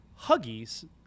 huggies